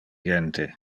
gente